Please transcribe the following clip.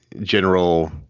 general